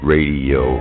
Radio